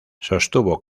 sostuvo